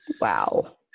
Wow